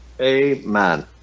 Amen